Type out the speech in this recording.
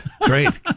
Great